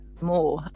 more